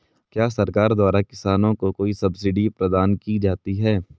क्या सरकार द्वारा किसानों को कोई सब्सिडी प्रदान की जाती है?